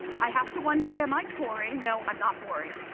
i have to wonder am i boring? no, i'm not boring.